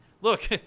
look